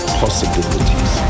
possibilities